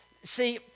See